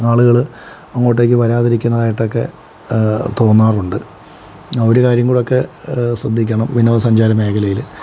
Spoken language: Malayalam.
ആളുകൾ അങ്ങോട്ടേക്ക് വരാതിരിക്കണതായിട്ടൊക്കെ തോന്നാറുണ്ട് ആ ഒരു കാര്യം കൂടെയൊക്കെ ശ്രദ്ധിക്കണം വിനോദസഞ്ചാര മേഖലയിൽ